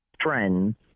friends